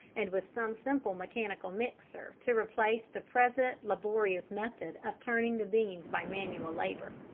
and with some simple mechanical mixer to replace the present laborious method of turning the beans by manual labour.